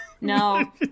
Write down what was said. No